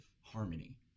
harmony